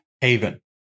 haven